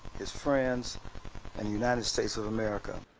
his friends and united states of america.